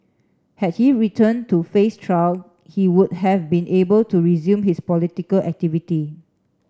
had he returned to face trial he would have been able to resume his political activity